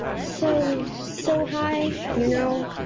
so so high, you know,